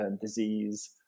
disease